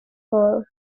fall